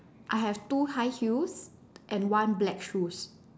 I have two high heels and one black shoes